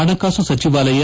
ಹಣಕಾಸು ಸಚಿವಾಲಯ